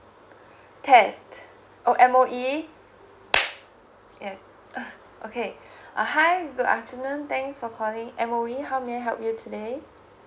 test oh M_O_E okay uh okay uh hi good afternoon thanks for calling M_O_E how may I help you today